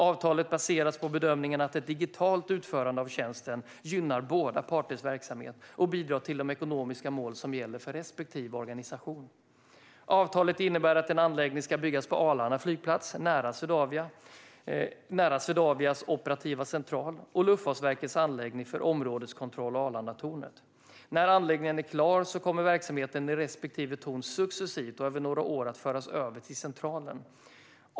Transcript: Avtalet baseras på bedömningen att ett digitalt utförande av tjänsten gynnar båda parters verksamhet och bidrar till de ekonomiska mål som gäller för respektive organisation. Avtalet innebär att en anläggning ska byggas på Arlanda flygplats nära Swedavias operativa central och Luftfartsverkets anläggning för områdeskontroll och Arlandatornet. När anläggningen är klar kommer verksamheten i respektive torn successivt och över några år att föras över till centralen.